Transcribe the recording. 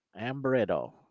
Ambrito